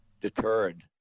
deterred